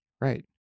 Right